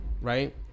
Right